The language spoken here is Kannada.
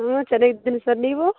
ಹ್ಞೂ ಚೆನ್ನಾಗಿದ್ದೀನಿ ಸರ್ ನೀವು